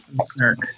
Snark